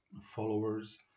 followers